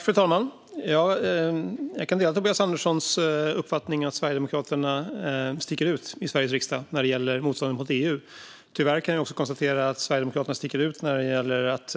Fru talman! Jag kan dela Tobias Anderssons uppfattning att Sverigedemokraterna sticker ut i Sveriges riksdag när det gäller motståndet mot EU. Tyvärr kan jag också konstatera att Sverigedemokraterna sticker ut när det gäller att